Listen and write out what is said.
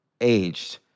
aged